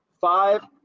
five